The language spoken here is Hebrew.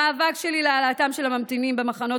המאבק שלי להעלאתם של הממתינים במחנות